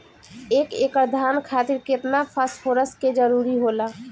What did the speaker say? एक एकड़ धान खातीर केतना फास्फोरस के जरूरी होला?